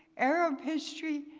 arab history,